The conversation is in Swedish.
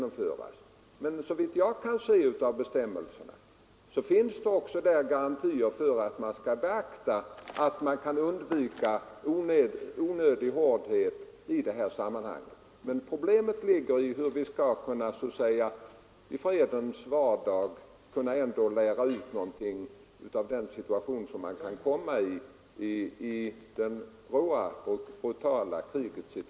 Men såvitt jag kan se av bestämmelserna finns det där också garantier för att 13 man skall undvika onödig hårdhet i detta sammanhang. Men problemet är hur vi så att säga i fredens vardag skall kunna lära ut någonting om den situation som man kan komma ii det råa och brutala kriget.